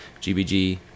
Gbg